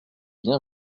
bien